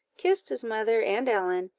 kissed his mother and ellen,